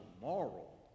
moral